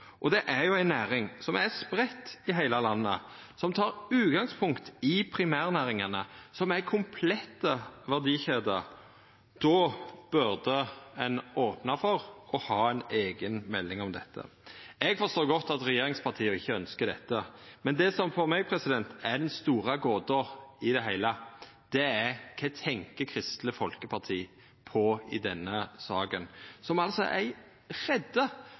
Det er ei næring som finst i heile landet, som tek utgangspunkt i primærnæringane, som er komplette verdikjeder. Då burde ein opna for å ha ei eiga melding om dette. Eg forstår godt at regjeringspartia ikkje ønskjer dette. Men det som for meg er den store gåta i det heile, er: Kva tenkjer Kristeleg Folkeparti på i denne saka, som